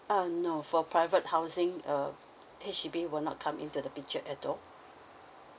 uh no for private housing uh H_D_B will not come into the picture at all